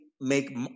make